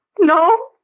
no